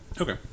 Okay